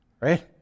Right